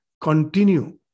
Continue